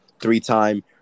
Three-time